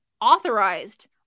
authorized